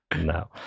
No